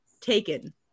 Taken